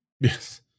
Yes